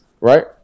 right